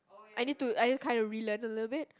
I need to I need kind of relearn a little bit